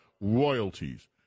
royalties